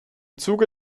zuge